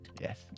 Yes